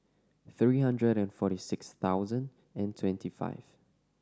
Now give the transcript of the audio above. three hundred and forty six thousand and twenty five